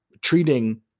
treating